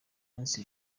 minsi